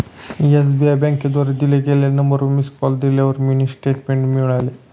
SBI बँकेद्वारे दिल्या गेलेल्या नंबरवर मिस कॉल दिल्यावर मिनी स्टेटमेंट मिळाली